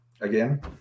again